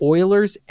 Oilers